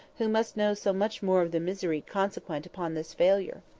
who must know so much more of the misery consequent upon this failure?